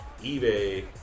eBay